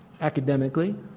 academically